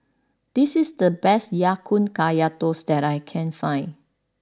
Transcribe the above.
this is the best Ya Kun Kaya Toast that I can find